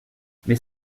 mais